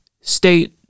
state